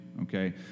okay